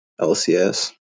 LCS